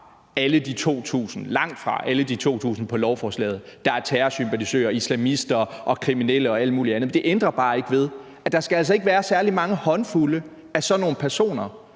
alle de 2.000 – langtfra alle de 2.000 på lovforslaget – der er terrorsympatisører, islamister og kriminelle og alt muligt andet. Men det ændrer bare ikke ved, at der altså ikke skal være særlig mange håndfulde af sådan nogle personer,